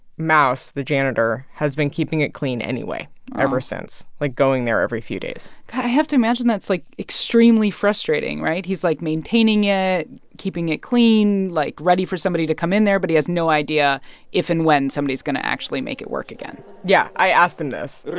mausse, the janitor, has been keeping it clean anyway ever since like, going there every few days god, i have to imagine that's, like, extremely frustrating, frustrating, right? he's, like, maintaining it, keeping it clean, like, ready for somebody to come in there. but he has no idea if and when somebody is going to actually make it work again yeah. i asked him this.